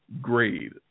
grade